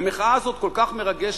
"המחאה הזאת כל כך מרגשת.